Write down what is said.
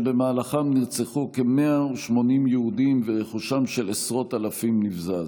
במהלכן נרצחו כ-180 יהודים ורכושם של עשרות אלפים נבזז.